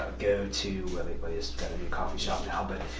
go to, they just got a new coffee shop now, but